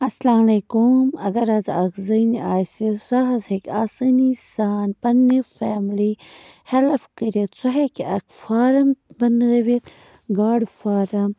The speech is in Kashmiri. اَلسلام علیکُم اگر حظ اَکھ زٔنۍ آسہِ سۄ حظ ہیٚکہِ آسٲنی سان پنٛنہِ فیملی ہٮ۪لف کٔرِتھ سۄ ہیٚکہِ اَکھ فارم بنٲوِتھ گاڈٕ فارم